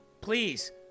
Please